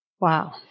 Wow